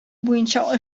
буенча